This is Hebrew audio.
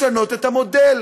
לשנות את המודל,